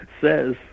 says